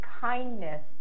kindness